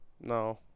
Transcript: No